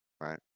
Right